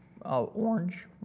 orange